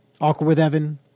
awkwardwithevan